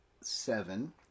seven